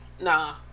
Nah